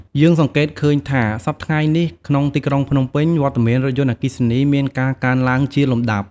យើងសង្កេតឃើញថា សព្វថ្ងៃនេះ ក្នុងទីក្រុងភ្នំពេញ វត្តមានរថយន្តអគ្គិសនីមានការកើនឡើងជាលំដាប់។